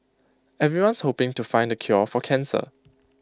everyone's hoping to find the cure for cancer